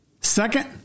Second